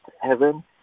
heaven